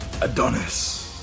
Adonis